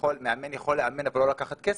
שמאמן יכול לאמן אבל לא לקחת כסף,